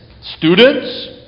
Students